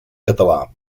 català